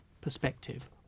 perspective